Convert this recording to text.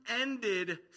ended